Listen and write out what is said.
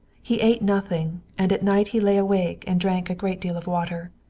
he ate nothing, and at night he lay awake and drank a great deal of water.